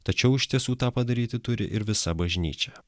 tačiau iš tiesų tą padaryti turi ir visa bažnyčia